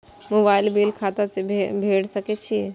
Mobile bill खाता से भेड़ सके छि?